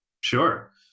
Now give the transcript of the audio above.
Sure